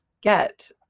get